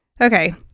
Okay